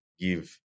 give